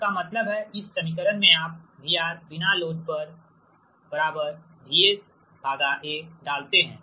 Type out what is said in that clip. इसका मतलब है इस समीकरण में आप VRNL VSA डालते हैं